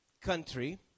country